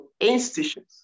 institutions